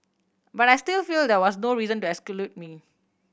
but I still feel there was no reason to exclude me